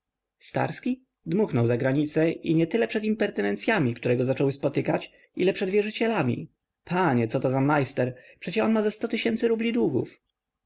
starski dmuchnął zagranicę i nietyle przed impertynencyami które go zaczęły spotykać ile przed wierzycielami panie coto za majster przecież on ma ze sto tysięcy rubli długów